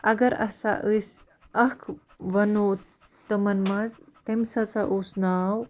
اگر ہَسا أسۍ اَکھ وَنو تِمَن منٛز تٔمِس ہَسا اوس ناو